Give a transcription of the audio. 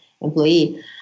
employee